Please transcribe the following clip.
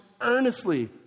earnestly